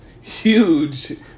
huge